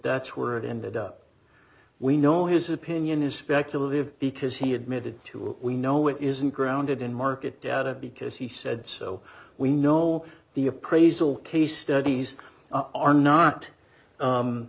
that's where it ended up we know his opinion is speculative because he admitted to it we know it isn't grounded in market data because he said so we know the appraisal case studies are not